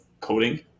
coding